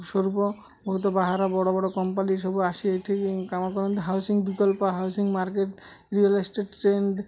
ସ୍ୱରୂପ ବହୁତ ବାହାର ବଡ଼ ବଡ଼ କମ୍ପାନୀ ସବୁ ଆସି ଏଠି କାମ କରନ୍ତି ହାଉସିଂ ବିକଳ୍ପ housing market real estate trend